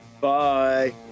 Bye